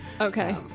Okay